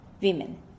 women